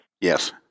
Yes